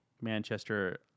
Manchester